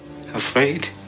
Afraid